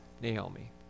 Naomi